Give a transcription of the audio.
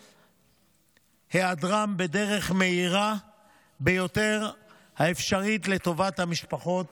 הנעדרים בדרך המהירה ביותר האפשרית לטובת המשפחות